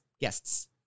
Guests